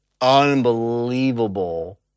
Unbelievable